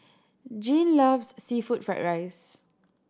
Jean loves seafood fried rice